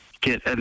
get